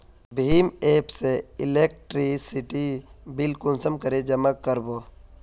भीम app से electricity bill कुंसम करे जमा कर बो?